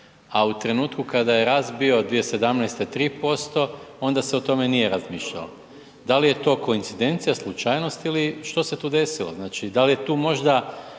a u trenutku kada je rast bio 2017. 3% onda se o tome nije razmišljalo. Da li je to koincidencija, slučajnost ili što se tu desilo? Znači, da li je tu možda